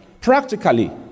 practically